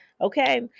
Okay